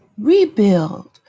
rebuild